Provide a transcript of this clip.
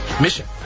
mission